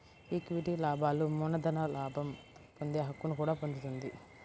equity లాభాలు మూలధన లాభం పొందే హక్కును కూడా పొందుతుంది